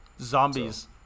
Zombies